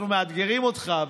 אנחנו מאתגרים אותך,